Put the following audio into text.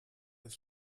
ist